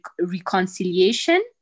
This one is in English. reconciliation